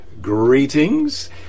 greetings